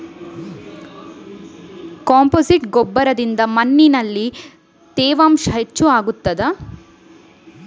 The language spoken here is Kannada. ಕಾಂಪೋಸ್ಟ್ ಗೊಬ್ಬರದಿಂದ ಮಣ್ಣಿನಲ್ಲಿ ತೇವಾಂಶ ಹೆಚ್ಚು ಆಗುತ್ತದಾ?